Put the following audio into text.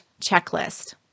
checklist